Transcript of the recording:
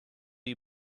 you